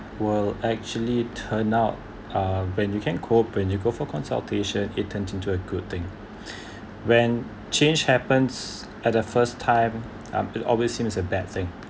will actually turnout uh when you can't cope when you go for consultation it turns into a good thing when change happens at the first time I'm it always seems a bad thing